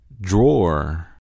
Drawer